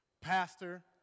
pastor